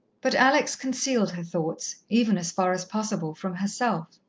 but alex concealed her thoughts, even, as far as possible, from herself.